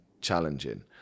challenging